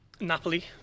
Napoli